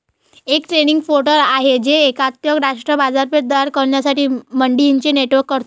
एक trading portal आहे जे एकात्मिक राष्ट्रीय बाजारपेठ तयार करण्यासाठी मंडईंचे नेटवर्क करते